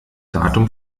datum